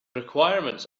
requirements